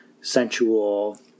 sensual